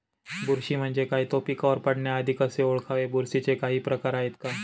बुरशी म्हणजे काय? तो पिकावर पडण्याआधी कसे ओळखावे? बुरशीचे काही प्रकार आहेत का?